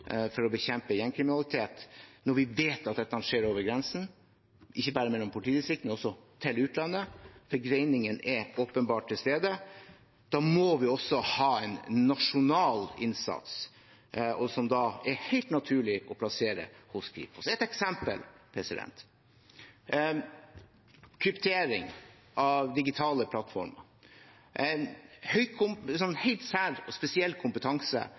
for å bekjempe gjengkriminalitet, når vi vet at dette skjer over grensene, ikke bare mellom politidistrikter, men også til utlandet. Forgreiningene er åpenbart til stede, og da må vi også ha en nasjonal innsats, som da er helt naturlig å plassere hos Kripos. Et eksempel er kryptering av digitale plattformer, en helt spesiell kompetanse, som egentlig relativt få mennesker besitter og